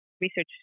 research